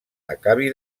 acabi